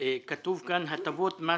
כתוב כאן הטבות מס